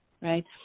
right